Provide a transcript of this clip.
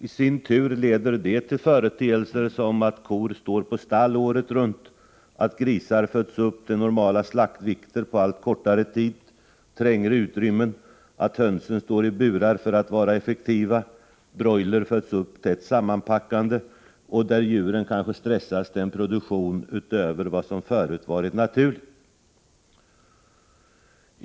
I sin tur leder detta till företeelser som att kor står på stall året runt, att grisar föds upp till normala slaktvikter på allt kortare tid och i allt trängre utrymmen, att höns står i burar för att vara effektiva, att broiler föds upp tätt sammanpackade och att djur kanske stressas till en produktion som överstiger vad som förut betraktats som naturligt.